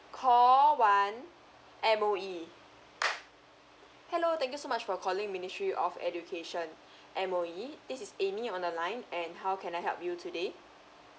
call one M_O_E hello thank you so much for calling ministry of education M_O_E this is amy on the line and how can I help you today